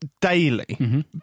daily